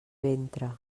ventre